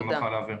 אנחנו נוכל להעביר.